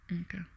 Okay